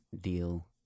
deal